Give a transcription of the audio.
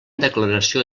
declaració